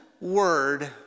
word